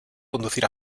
conducir